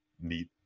neat